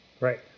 Right